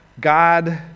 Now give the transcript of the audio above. God